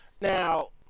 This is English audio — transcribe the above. Now